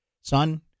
son